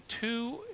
two